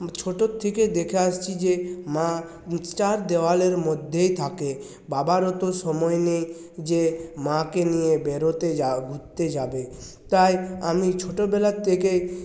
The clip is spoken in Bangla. ছোটোর থেকে দেখে আসছি যে মা চার দেওয়ালের মধ্যেই থাকে বাবার অতো সময় নেই যে মাকে নিয়ে বেরোতে যা ঘুরতে যাবে তাই আমি ছোটোবেলার থেকে